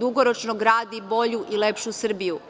dugoročno gradi bolju i lepšu Srbiju.